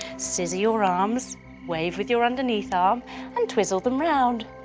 scissor your arms wave with your underneath arm and twizzle them round.